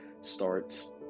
starts